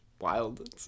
wild